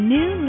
New